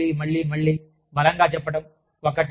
అదే విషయం మళ్ళీ మళ్ళీ మళ్ళీ బలంగా చెప్పడం